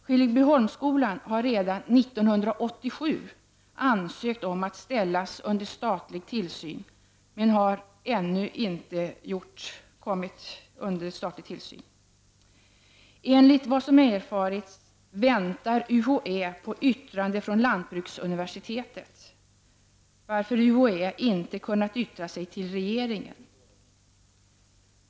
Skillebyholmsskolan har redan 1987 ansökt om att ställas under statlig tillsyn, men så har ännu icke skett. Enligt vad som erfarits väntar UHÄ på yttrande från lantbruksuniversitetet, varför UHÄ inte kunnat yttra sig till regeringen.